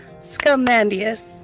Scamandius